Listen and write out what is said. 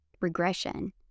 Regression